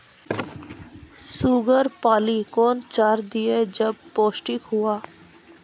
Sugar पाली कौन चार दिय जब पोस्टिक हुआ?